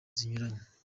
zinyuranye